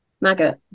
maggot